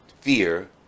fear